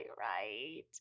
right